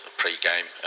pre-game